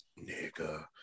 Nigga